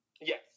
Yes